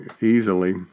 easily